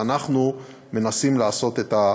ואנחנו מנסים לעשות את זה.